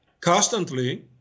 constantly